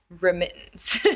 remittance